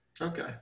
Okay